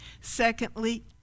Secondly